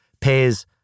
pays